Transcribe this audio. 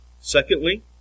Secondly